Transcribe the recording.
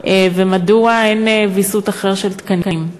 3. מדוע אין ויסות אחר של תקנים?